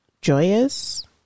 joyous